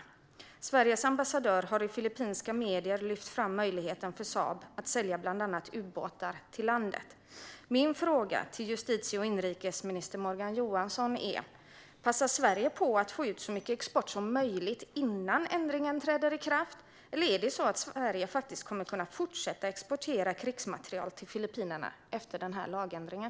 Och Sveriges ambassadör har i filippinska medier lyft fram möjligheten för Saab att sälja bland annat ubåtar till landet. Min fråga till justitie och inrikesminister Morgan Johansson är: Passar Sverige på att få ut så mycket export som möjligt innan lagändringen träder i kraft, eller kommer Sverige faktiskt att kunna fortsätta exportera krigsmateriel till Filippinerna efter lagändringen?